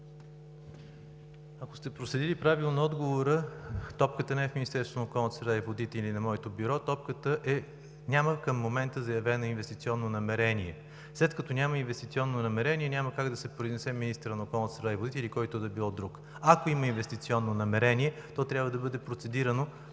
Ако сте проследили правилно отговора, топката не е в Министерството на околната среда и водите или на моето бюро, топката е, че няма към момента заявено инвестиционно намерение. След като няма инвестиционно намерение, няма как да се произнесе министърът на околната среда и водите или който и да е било друг. Ако има инвестиционно намерение, то трябва да бъде процедирано